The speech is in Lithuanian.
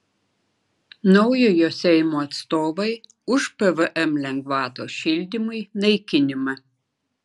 naujojo seimo atstovai už pvm lengvatos šildymui naikinimą